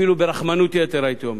אפילו ברחמנות יתר, הייתי אומר.